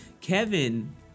Kevin